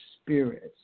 spirits